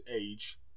age